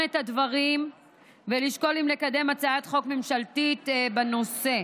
את הדברים ולשקול אם לקדם הצעת חוק ממשלתית בנושא.